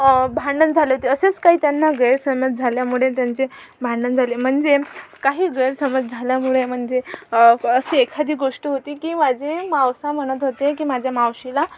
भांडण झाले होते असेच काही त्यांना गैरसमज झाल्यामुळे त्यांचे भांडण झाले म्हणजे काही गैरसमज झाल्यामुळे म्हणजे असे एखादी गोष्ट होती की माझे मावसा म्हणत होते की माझ्या मावशीला